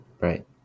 Right